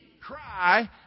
cry